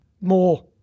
more